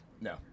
No